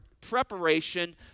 preparation